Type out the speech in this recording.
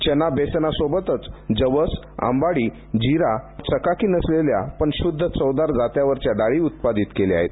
चना बेसनासोबतच जवस आंबाडी जीरा यांचे बेसन पीठ व चकाकी नसलेल्या पण शुद्ध चवदार जात्यावरच्या डाळी उत्पादित केल्यात